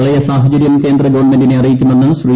പ്രളയസാഹചര്യം കേന്ദ്രഗവൺമെന്റിനെ അറിയിക്കുമെന്ന് ശ്രീ